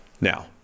Now